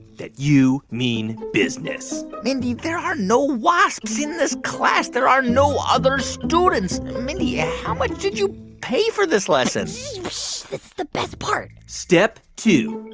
that you mean business mindy, there are no wasps in this class. there are no other students. mindy, ah how much did you pay for this lesson? shh. this is the best part step two,